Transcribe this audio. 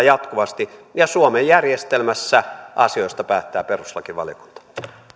jatkuvasti ja suomen järjestelmässä asioista päättää perustuslakivaliokunta